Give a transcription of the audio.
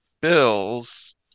bills